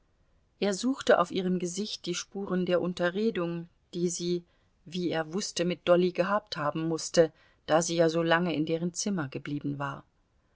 er suchte auf ihrem gesicht die spuren der unterredung die sie wie er wußte mit dolly gehabt haben mußte da sie ja so lange in deren zimmer geblieben war